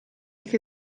che